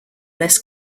less